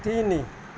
ତିନି